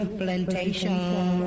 plantation